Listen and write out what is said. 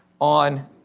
on